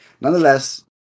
nonetheless